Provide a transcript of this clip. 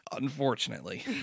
unfortunately